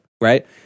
right